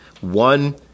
One